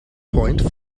point